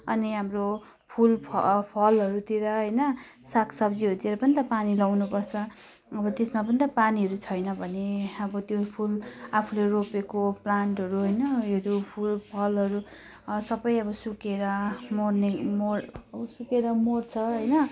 अनि हाम्रो फुल फ अ फलहरूतिर होइन सागसब्जीहरूतिर पनि त पानी लगाउनुपर्छ अब त्यसमा पनि त पानीहरू छैन भने अब त्यो फुल आफूले रोपेको प्लान्टहरू होइन योहरू फुलफलहरू सबै अब सुकेर मर्ने मर सुकेर मर्छ होइन